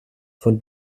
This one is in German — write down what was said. von